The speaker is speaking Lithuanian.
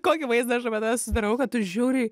kokį vaizdą aš apie tave susidarau kad tu žiauriai